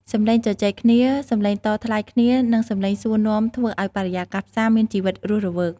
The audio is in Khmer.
សម្លេងជជែកគ្នា សម្លេងតថ្លៃគ្នា និងសម្លេងសួរនាំធ្វើឱ្យបរិយាកាសផ្សារមានជីវិតរស់រវើក។